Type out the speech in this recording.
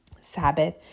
Sabbath